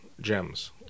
gems